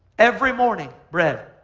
every morning bread.